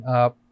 up